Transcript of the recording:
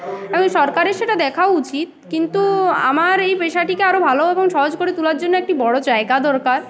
ত সরকারের সেটা দেখা উচিত কিন্তু আমার এই পেশাটিকে আরও ভালো এবং সহজ করে তোলার জন্য একটি বড়ো জায়গা দরকার